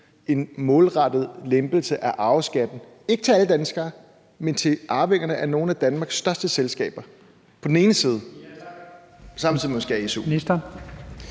en målrettet lempelse af arveskatten, ikke til alle danskere, men til arvingerne af nogle af Danmarks største selskaber, samtidig med at man